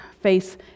face